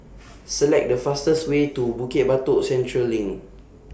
Select The fastest Way to Bukit Batok Central LINK